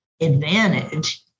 advantage